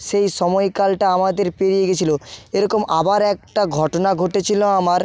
সেই সময়কালটা আমাদের পেরিয়ে গেছিল এরকম আবার একটা ঘটনা ঘটেছিল আমার